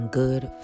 good